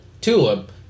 Tulip